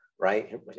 right